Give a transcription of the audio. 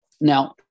Now